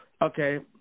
Okay